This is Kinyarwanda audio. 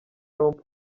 rond